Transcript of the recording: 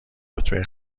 رتبه